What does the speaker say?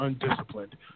undisciplined